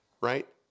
Right